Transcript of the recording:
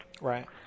Right